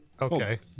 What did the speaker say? okay